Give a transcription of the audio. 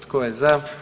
Tko je za?